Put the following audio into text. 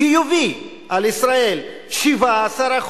חיובי על ישראל, 17%,